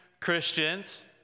Christians